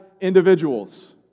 individuals